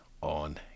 on